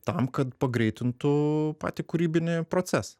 tam kad pagreitintų patį kūrybinį procesą